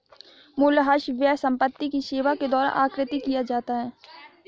मूल्यह्रास व्यय संपत्ति की सेवा के दौरान आकृति किया जाता है